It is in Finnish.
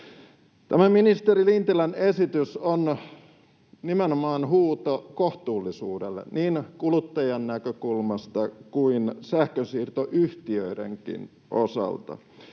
ministeri Lintilän esitys on nimenomaan huuto kohtuullisuudelle niin kuluttajien näkökulmasta kuin sähkönsiirtoyhtiöidenkin osalta,